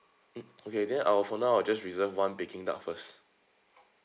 mm okay then I'll for now I'll just reserve one peking duck first